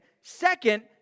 Second